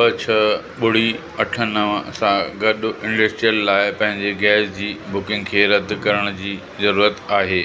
ॿ छह ॿुड़ी अठ नवं सां गॾु इंडस्ट्रियल लाइ पंहिंजे गैस जी बुकिंग खे रदि करण जी ज़रूरत आहे